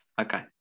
Okay